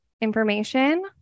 information